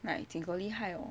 like jin 够厉害哦